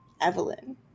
Evelyn